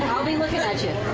be looking at you.